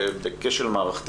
בכשל מערכתי.